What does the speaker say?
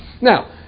Now